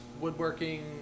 woodworking